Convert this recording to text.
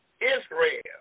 Israel